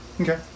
Okay